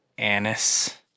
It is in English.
Anise